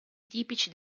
tipici